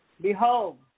Behold